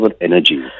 energy